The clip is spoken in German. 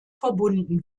verbunden